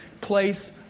place